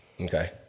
Okay